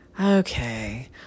okay